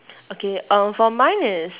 okay uh for mine is